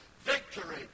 victory